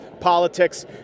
politics